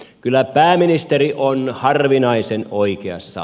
kyllä pääministeri on harvinaisen oikeassa